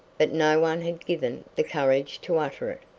but no one given the courage to utter it.